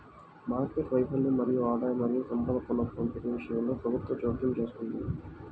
market వైఫల్యం మరియు ఆదాయం మరియు సంపద పునఃపంపిణీ విషయంలో ప్రభుత్వం జోక్యం చేసుకుంటుంది